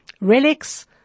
relics